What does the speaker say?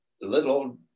little